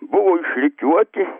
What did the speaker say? buvo išrikiuoti